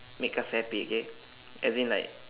make us happy okay as in like